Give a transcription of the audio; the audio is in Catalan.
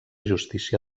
justícia